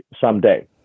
someday